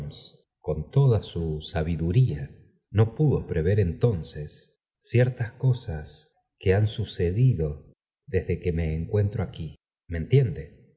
con toda su sabiduría no pudo prever entonces ciertas co sas que han sucedido desde que me encuentro aquí m e entiende